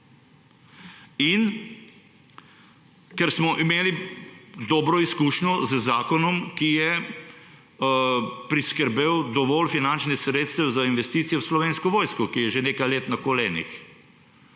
In ker smo imeli dobro izkušnjo z zakonom, ki je priskrbel dovolj finančnih sredstev za investicije v Slovensko vojsko, ki je že nekaj let na kolenih.